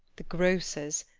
the grocers'!